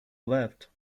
left